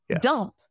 dump